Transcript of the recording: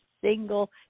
single